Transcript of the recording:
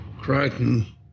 Crichton